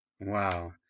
Wow